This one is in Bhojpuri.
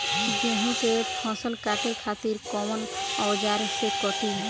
गेहूं के फसल काटे खातिर कोवन औजार से कटी?